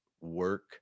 work